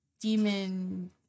demon